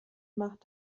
macht